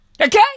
Okay